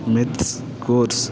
maths course